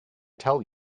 tell